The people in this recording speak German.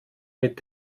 mit